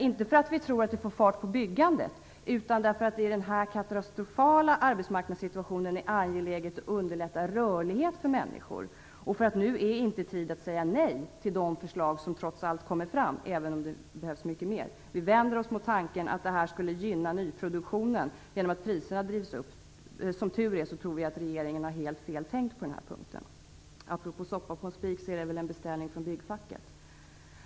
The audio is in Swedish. Inte för att vi tror att det får fart på byggandet, utan därför att det i denna katastrofala arbetsmarknadssituation är angeläget att underlätta rörlighet för människor. Nu är inte tid att säga nej till de förslag som trots allt kommer fram, även om det behövs mycket mer. Vi vänder oss mot tanken att detta skulle gynna nyproduktionen genom att priserna drivs upp. Vi tror att regeringen som tur är har tänkt helt fel på den här punkten. Apropå soppa på en spik är väl detta en beställning från byggfacket.